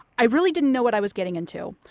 i really didn't know what i was getting into.